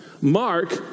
Mark